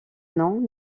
nom